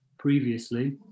previously